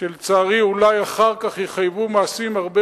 שלצערי אולי אחר כך יחייבו מעשים הרבה